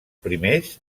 primers